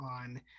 on